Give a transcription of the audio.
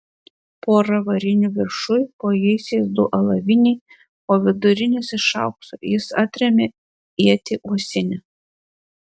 pora varinių viršuj po jaisiais du alaviniai o vidurinis iš aukso jis atrėmė ietį uosinę